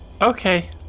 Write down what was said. Okay